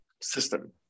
system